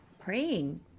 praying